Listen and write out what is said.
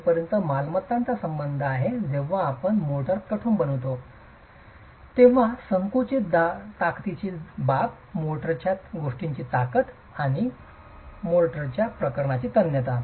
जोपर्यंत मालमत्तांचा संबंध आहे जेव्हा आपण मोर्टार कठोर बनवितो तेव्हा संकुचित ताकदीची बाब मोर्टारच्या गोष्टींची ताकद मोर्टारच्या प्रकरणांची तन्यता